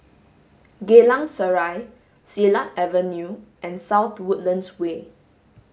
Geylang Serai Silat Avenue and South Woodlands Way